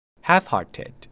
Half-hearted